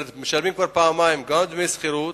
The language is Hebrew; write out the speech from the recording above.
כלומר, משלמים פעמיים, גם דמי שכירות,